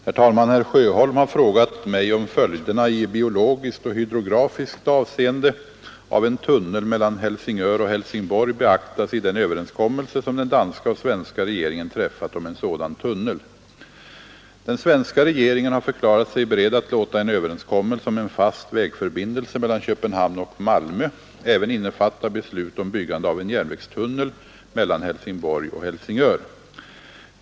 Herr talman! Herr Sjöholm har frågat mig, om följderna i biologiskt och hydrografiskt avseende av en tunnel mellan Helsingör och Helsingborg beaktas i den överenskommelse som den danska och den svenska regeringen träffat om en sådan tunnel. Den svenska regeringen har förklarat sig beredd att låta en överenskommelse om en fast vägförbindelse mellan Köpenhamn och Malmö även innefatta beslut om byggande av en järnvägstunnel mellan Helsingborg och Helsingör.